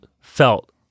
felt